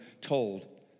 told